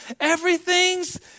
everything's